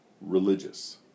religious